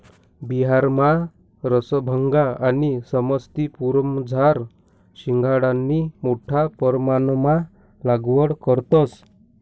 बिहारमा रसभंगा आणि समस्तीपुरमझार शिंघाडानी मोठा परमाणमा लागवड करतंस